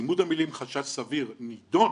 כשצימוד המלים חשש סביב, נידון